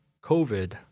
COVID